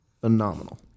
Phenomenal